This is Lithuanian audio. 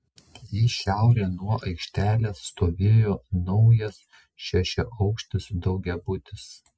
į šiaurę nuo aikštelės stovėjo naujas šešiaaukštis daugiabutis